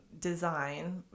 design